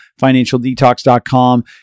financialdetox.com